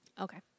Okay